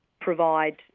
provide